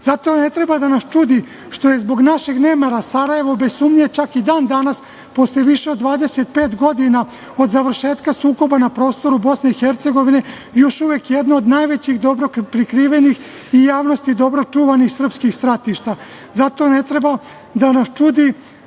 ne treba da nas čudi što je zbog našeg nemara Sarajevo bez sumnje čak i dan danas, posle više od 25 godina od završetka sukoba na prostoru BiH, još uvek jedno od najvećih dobro prikrivenih i javnosti dobro čuvanih srpskih stratišta. Zato ne treba da nas čudi